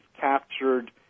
captured